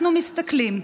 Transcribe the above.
אנחנו מסתכלים,